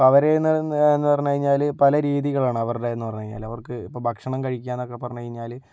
ഇപ്പോൾ അവരേന്നെന്ന് പറഞ്ഞ് കഴിഞ്ഞാല് പല രീതികളാണ് അവരുടെയെന്ന് പറഞ്ഞ് കഴിഞ്ഞാല് അവർക്ക് ഇപ്പോൾ ഭക്ഷണം കഴിക്കുകയെന്നൊക്കെ പറഞ്ഞ് കഴിഞ്ഞാല്